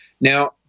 Now